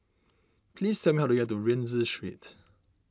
please tell me how to get to Rienzi Street